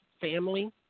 family